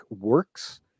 works